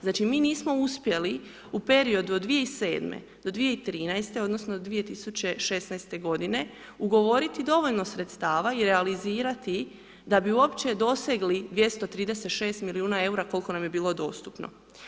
Znači mi nismo uspjeli u periodu od 2007.-2013. odnosno, 2016. g. ugovoriti dovoljno sredstava i realizirati, da bi uopće dosegli 236 milijuna eura, koliko nam je bilo dostupno.